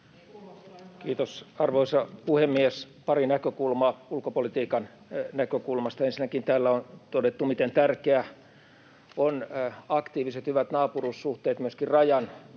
Kiitos, arvoisa puhemies! Pari näkökulmaa ulkopolitiikan näkökulmasta. Ensinnäkin täällä on todettu, miten tärkeät aktiiviset, hyvät naapuruussuhteet ovat myöskin rajan